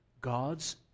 God's